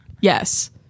Yes